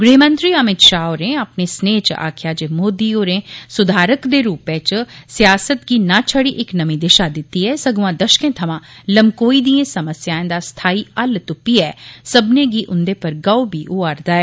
गृहमंत्री अमित शाह होरें अपने सनेह च आक्खेआ जे मोदी होरें सुधारक दे रूपै च सियासत गी ना छड़ी इक नमीं दिशा दित्ती ऐ सगुआं दशकें थमां लम्कोई दिएं समस्याएं दा स्थाई हल्ल तुष्पियै सब्बनें गी हुंदे पर गर्व होआ'रदा ऐ